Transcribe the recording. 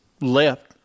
left